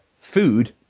food